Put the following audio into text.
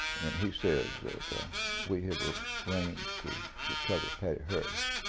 and he says that we have arranged to recover patty hearst,